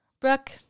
Brooke